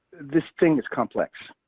this thing is complex.